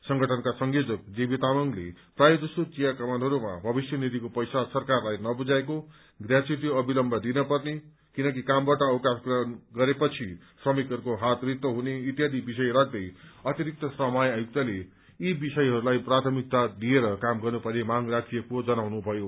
संगठनका संयोजक जेबी तामाङले प्रायः जसो चियाकमानहरूमा भविष्य निधिको पैसा सरकारलाई नबुझाएको ग्याच्यूटी अविलम्ब दिनपर्ने किनकि कामबाट अवकाश ग्रहण गरेपछि श्रमिकहरूको हात रित्तो हुने इत्यादि विषय राख्दै अतिरिक्त श्रम आयुक्त यी विषयहरूलाई प्राथमिकता दिएर काम गर्नुपर्ने माग राखिएको जनाउनुभयो